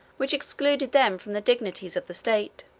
which excluded them from the dignities of the state.